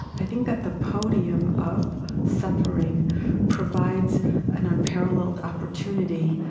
i think that the podium of suffering provides an unparalleled opportunity,